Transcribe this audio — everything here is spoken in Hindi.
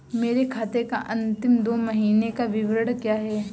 मेरे खाते का अंतिम दो महीने का विवरण क्या है?